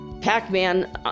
Pac-Man